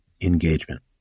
Engagement